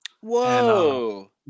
Whoa